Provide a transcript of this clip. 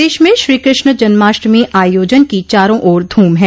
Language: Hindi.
प्रदेश में श्री कृष्ण जन्माष्टमी आयोजन की चारों ओर धूम है